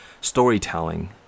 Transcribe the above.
storytelling